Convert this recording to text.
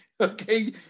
okay